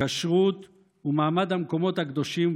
כשרות ומעמד המקומות הקדושים,